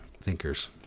thinkers